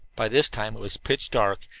by this time it was pitch dark,